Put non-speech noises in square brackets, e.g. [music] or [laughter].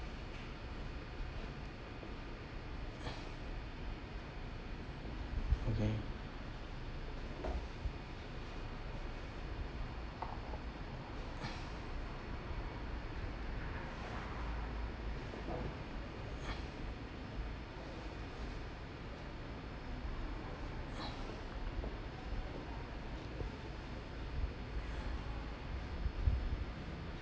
[noise] okay [noise]